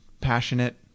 passionate